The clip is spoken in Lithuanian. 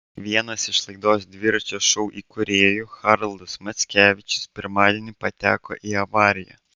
vienas iš laidos dviračio šou įkūrėjų haroldas mackevičius pirmadienį pateko į avariją